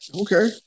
okay